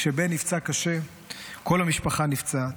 כשבן נפצע קשה כל המשפחה נפצעת,